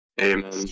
Amen